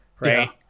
right